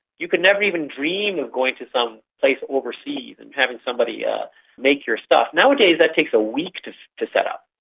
you could never even dream of getting to some place overseas and having somebody yeah make your stuff. nowadays that takes a week to to set up.